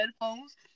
headphones